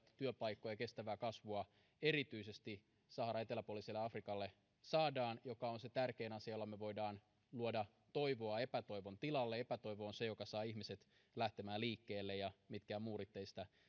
työpaikkoja ja kestävää kasvua erityisesti saharan eteläpuoliseen afrikkaan saadaan mikä on se tärkein asia jolla me voimme luoda toivoa epätoivon tilalle epätoivo on se joka saa ihmiset lähtemään liikkeelle ja mitkään muurit eivät sitä